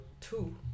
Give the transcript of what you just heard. two